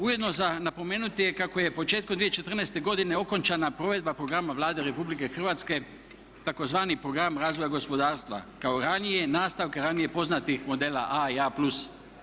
Ujedno za napomenuti je kako je početkom 2014. godine okončana provedba programa Vlade RH tzv. Program razvoja gospodarstva kao ranije, nastavka ranije poznatih modela A i A plus.